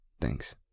Thanks